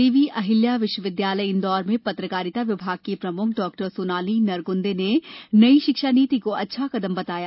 देवी अहिल्या विश्वविद्यालय इंदौर में पत्रकारिता विभाग की प्रमुख डॉ सोनाली नरगुन्दे ने नई शिक्षा नीति को अच्छा कदम बताया